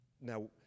now